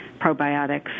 probiotics